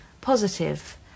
positive